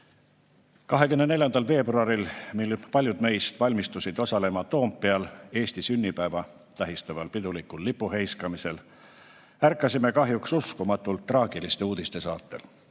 24. veebruaril, kui paljud meist valmistusid osalema Toompeal Eesti sünnipäeva tähistaval pidulikul lipuheiskamisel, ärkasime kahjuks uskumatult traagiliste uudiste saatel: